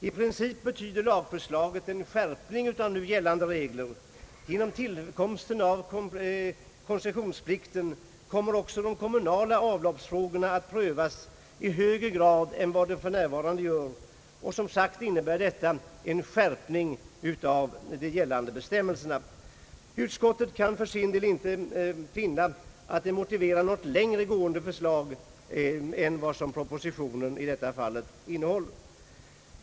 I princip betyder lagförslaget en skärpning av nu gällande regler. Genom tillkomsten av koncessionsplikten kommer också de kommunala avloppsfrågorna att prövas i högre grad än vad de gör för närvarande, och detta innebär en skärpning av de gällande bestämmelserna. Utskottet kan för sin del inte finna att det motiverar något längre gående förslag än vad propositionen i detta fall innehåller.